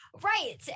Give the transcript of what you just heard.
Right